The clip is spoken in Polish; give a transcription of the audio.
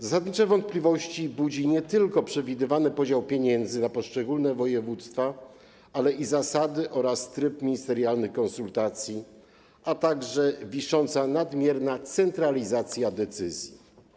Zasadnicze wątpliwości budzi nie tylko przewidywany podział pieniędzy na poszczególne województwa, ale i zasady oraz tryb ministerialnych konsultacji, a także wisząca nadmierna centralizacja decyzji.